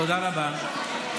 תודה רבה.